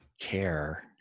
care